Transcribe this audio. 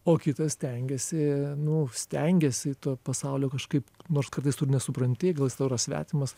o kitas stengiasi nu stengiasi to pasaulio kažkaip nors kartais tu ir ne nesupranti gal jis tau yra svetimas